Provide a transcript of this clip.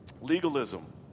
Legalism